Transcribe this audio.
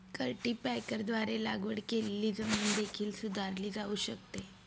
कल्टीपॅकरद्वारे लागवड केलेली जमीन देखील सुधारली जाऊ शकते